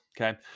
okay